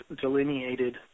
delineated